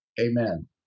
Amen